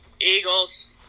Eagles